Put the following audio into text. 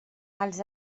els